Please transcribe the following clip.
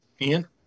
Ian